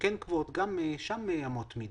כן נקבעות גם שם אמות מידה.